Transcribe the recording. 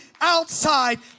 outside